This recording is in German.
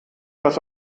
das